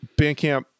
Bandcamp